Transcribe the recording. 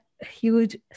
huge